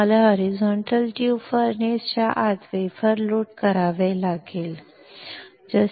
तुम्हाला horizontal tube furnace च्या आत वेफर लोड करावे लागेल